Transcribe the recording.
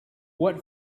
what